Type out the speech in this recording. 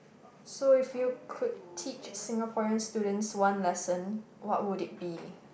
so if you could teach Singaporean students one lesson what would it be